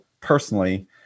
personally